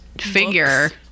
figure